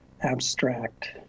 abstract